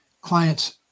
clients